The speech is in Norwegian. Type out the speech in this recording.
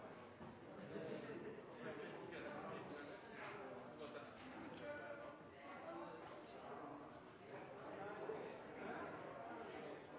president!